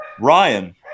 Ryan